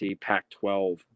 Pac-12